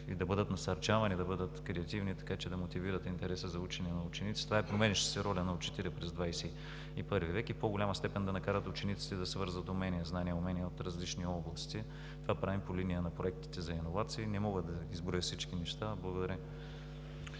да бъдат насърчавани да бъдат креативни, така че да мотивират интереса за учене на учениците. Това е променящата се роля на учителя през ХХI век и в по-голяма степен да накарат учениците да свързват знания и умения от различни области. Това правим по линия на проектите за иновации. Не мога да изброя всички неща. Благодаря.